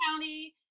county